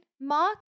mark